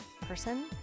person